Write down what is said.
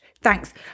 Thanks